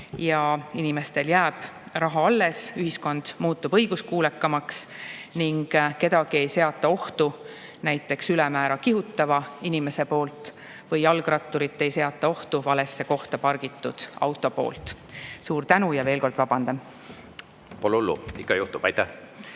Inimestel jääb raha alles, ühiskond muutub õiguskuulekamaks ning kedagi ei seata ohtu näiteks ülemäära kihutava inimese poolt või jalgratturit ei seata ohtu valesse kohta pargitud auto poolt. Suur tänu! Ja veel kord vabandan. Et mitte jääda